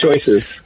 choices